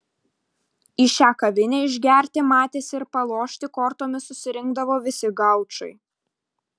į šią kavinę išgerti matėsi ir palošti kortomis susirinkdavo visi gaučai